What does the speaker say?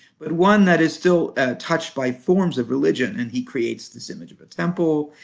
but one that is still touched by forms of religion. and he creates this image of a temple,